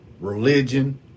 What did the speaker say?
religion